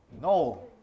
No